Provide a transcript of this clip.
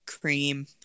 Cream